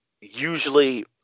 usually